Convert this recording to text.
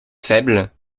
faibles